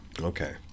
okay